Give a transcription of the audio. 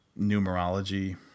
numerology